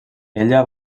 ella